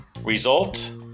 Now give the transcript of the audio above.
result